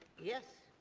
yes.